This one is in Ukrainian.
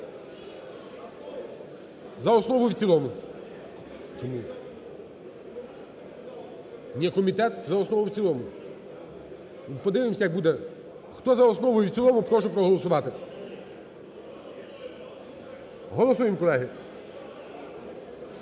За основу і в цілому. Ні, комітет за основу і в цілому. Подивимося як буде… Хто за основу і в цілому, прошу проголосувати. Голосуємо, колеги.